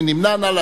מי נמנע?